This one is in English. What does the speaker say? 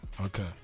Okay